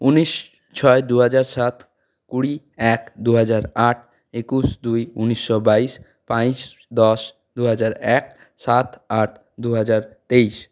উনিশ ছয় দুহাজার সাত কুড়ি এক দুহাজার আট একুশ দুই উনিশশো বাইশ বাইশ দশ দুহাজার এক সাত আট দুহাজার তেইশ